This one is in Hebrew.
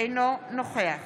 אינו נוכח